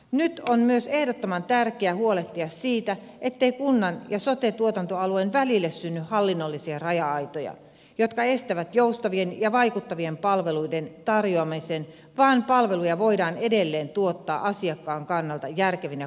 nyt on myös ehdottoman tärkeää huolehtia siitä ettei kunnan ja sote tuotantoalueen välille synny hallinnollisia raja aitoja jotka estävät joustavien ja vaikuttavien palveluiden tarjoamisen vaan palveluja voidaan edelleen tuottaa asiakkaan kannalta järkevinä kokonaisuuksina